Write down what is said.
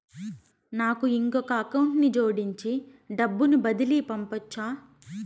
నాకు ఇంకొక అకౌంట్ ని జోడించి డబ్బును బదిలీ పంపొచ్చా?